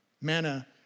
Manna